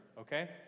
okay